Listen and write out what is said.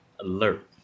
alert